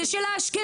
זה של האשכנזים.